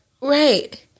Right